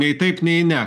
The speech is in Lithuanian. nei taip nei ne